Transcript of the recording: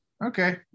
Okay